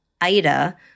Ida